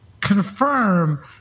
confirm